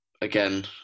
again